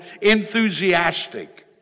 Enthusiastic